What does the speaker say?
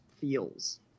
feels